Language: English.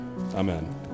Amen